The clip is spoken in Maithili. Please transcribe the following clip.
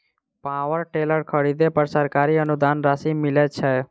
पावर टेलर खरीदे पर सरकारी अनुदान राशि मिलय छैय?